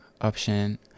option